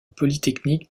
polytechnique